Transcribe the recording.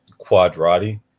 quadrati